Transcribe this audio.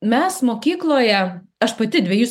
mes mokykloje aš pati dvejus